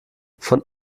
von